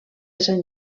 sant